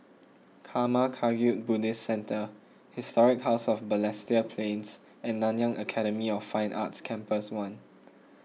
Karma Kagyud Buddhist Centre Historic House of Balestier Plains and Nanyang Academy of Fine Arts Campus one